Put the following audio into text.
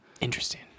Interesting